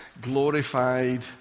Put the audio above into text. glorified